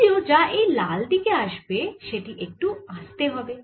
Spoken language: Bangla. যদিও যা এই লাল দিকে আসবে সেটি একটু আস্তে হবে